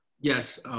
Yes